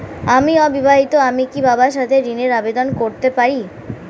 আমি অবিবাহিতা আমি কি বাবার সাথে ঋণের আবেদন করতে পারি?